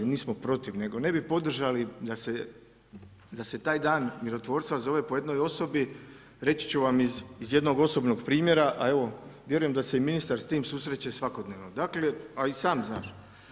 Nismo protiv nego ne bi podržali da se taj dan mirotvorstva zove po jednoj osobi reći ću vam iz jednog osobnog primjera a evo, vjerujem da se i ministar s tim susreće svakodnevno, dakle a i sam znaš.